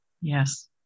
yes